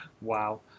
wow